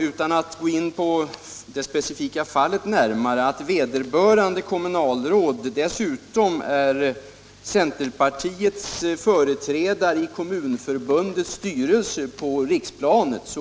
Utan att gå närmare in på det speciella fallet vill jag tillägga att vederbörande kommunalråd dessutom är centerns företrädare i Kommunförbundets styrelse på riksplanet.